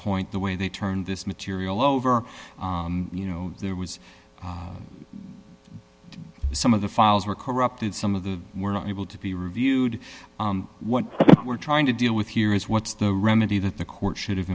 point the way they turned this material over you know there was some of the files were corrupted some of the were not able to be reviewed what we're trying to deal with here is what's the remedy that the court should